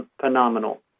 phenomenal